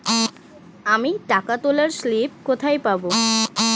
আমি টাকা তোলার স্লিপ কোথায় পাবো?